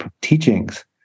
teachings